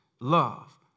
love